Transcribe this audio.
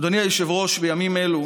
אדוני היושב-ראש, בימים אלו